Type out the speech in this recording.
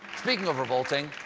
speaking of revolting.